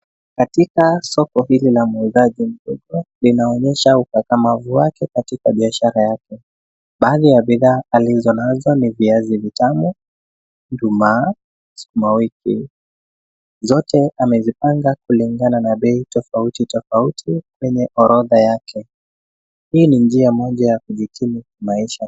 Katika soko hili la muuzaji mmoja linaonyesha ukakamavu wake katika biashara yake. Baadhi ya bidhaa alizo nazo ni viazi vitamu, nduma, sukuma wiki. Zote amezipanga kulingana na bei tofauti tofauti. Hii ni njia moja ya kujikimu kimaisha.